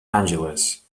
angeles